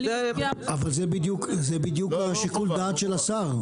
זה בדיוק שיקול הדעת של השר,